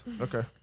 Okay